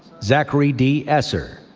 zachary d. esser,